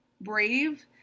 Brave